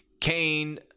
Kane